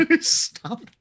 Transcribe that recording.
Stop